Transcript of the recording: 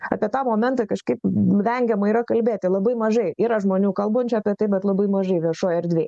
apie tą momentą kažkaip vengiama yra kalbėti labai mažai yra žmonių kalbančių apie tai bet labai mažai viešoj erdvėj